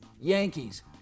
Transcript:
Yankees